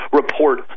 report